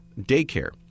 daycare